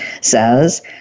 says